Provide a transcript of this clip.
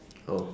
oh